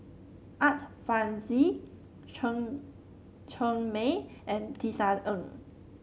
Art Fazil Chen Cheng Mei and Tisa Ng